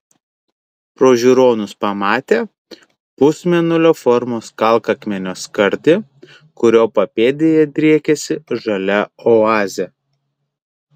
pro žiūronus pamatė pusmėnulio formos kalkakmenio skardį kurio papėdėje driekėsi žalia oazė